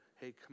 hey